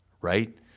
right